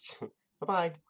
Bye-bye